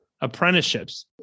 Apprenticeships